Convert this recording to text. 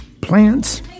plants